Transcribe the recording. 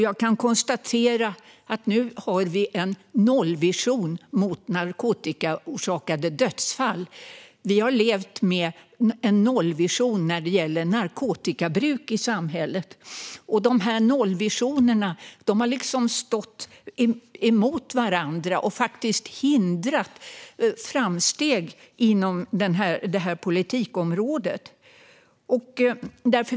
Jag kan konstatera att vi nu har en nollvision när det gäller narkotikaorsakade dödsfall. Vi har levt med en nollvision när det gäller narkotikabruk i samhället. Dessa nollvisioner har liksom stått emot varandra och faktiskt hindrat framsteg inom detta politikområde.